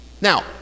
now